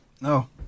no